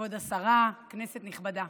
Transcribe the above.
כבוד השרה, כנסת נכבדה,